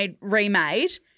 remade